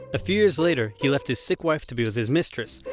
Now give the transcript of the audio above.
a few years later, he left his sick wife to be with his mistress,